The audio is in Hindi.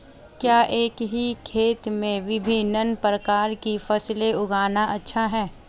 क्या एक ही खेत में विभिन्न प्रकार की फसलें उगाना अच्छा है?